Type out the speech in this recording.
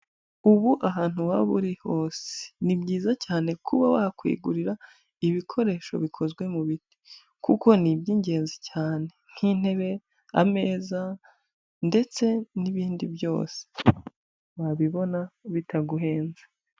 Ubu ahantu waba uri hose, ni byiza cyane kuba wakwigurira ibikoresho bikozwe mu biti kuko ni iby'ingenzi cyane, nk'intebe, ameza ndetse n'ibindi byose wabibona bitaguhenze.